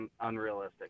unrealistic